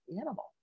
animal